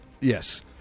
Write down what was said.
Yes